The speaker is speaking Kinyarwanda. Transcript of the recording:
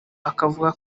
akavuga